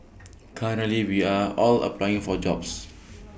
currently we are all applying for jobs